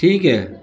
ٹھیک ہے